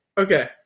Okay